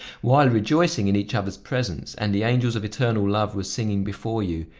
while rejoicing in each other's presence, and the angels of eternal love were singing before you,